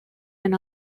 and